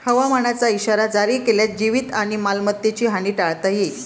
हवामानाचा इशारा जारी केल्यास जीवित आणि मालमत्तेची हानी टाळता येईल